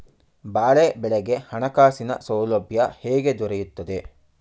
ಬಾಳೆ ಬೆಳೆಗೆ ಹಣಕಾಸಿನ ಸೌಲಭ್ಯ ಹೇಗೆ ದೊರೆಯುತ್ತದೆ?